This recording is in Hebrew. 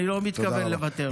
אני לא מתכוון לוותר.